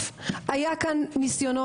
בסוף הציבור נתן לכם את המנדט.